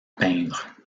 peindre